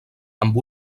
amb